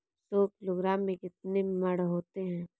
सौ किलोग्राम में कितने मण होते हैं?